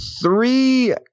Three